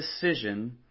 decision